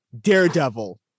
Daredevil